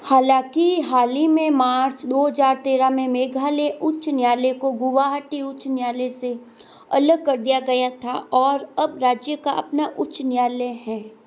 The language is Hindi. हालाँकि हाल ही में मार्च दो हज़ार तेरह में मेघालय उच्च न्यायालय को गुवाहाटी उच्च न्यायालय से अलग कर दिया गया था और अब राज्य का अपना उच्च न्यायालय है